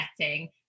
setting